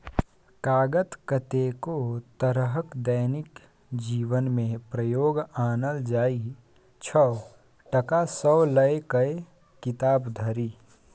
कागत कतेको तरहक दैनिक जीबनमे प्रयोग आनल जाइ छै टका सँ लए कए किताब धरि